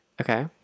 okay